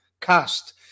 cast